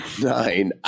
nine